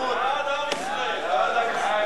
האזרחות והכניסה לישראל (הוראת שעה),